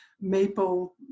maple